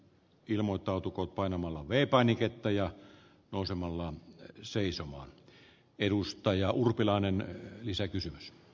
ilmoittautukoot painamalla vei painiketta ja nousemalla seisomaan edustaja urpilainen lisäkysymys